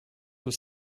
were